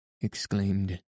exclaimed